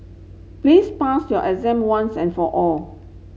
please pass your exam once and for all